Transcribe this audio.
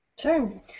Sure